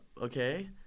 okay